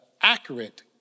accurate